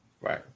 Right